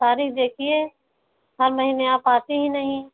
तारीख देखिए हर महीने आप आती ही नहीं